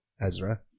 Ezra